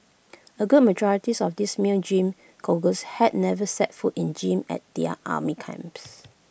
A good majorities of these male gym goers had never set foot in gym at their army camps